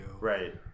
Right